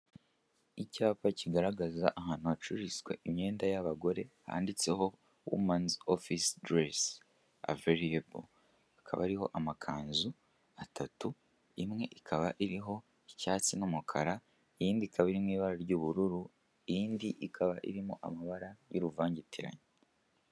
Icyapa kigaragaza ahantu hacururizwa imyenda y'abagore, handitseho wumanizi ofisi deresi aveyirebo, hakaba hariho amakanzu atatu imwe ikaba iriho icyatsi n'umukara, iy'indi ikaba iri mu ibara ry'ubururu, iy'indi ikaba iriho amabara y'uruvangitirane.